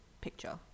picture